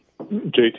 JT